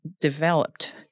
developed